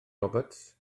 roberts